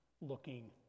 looking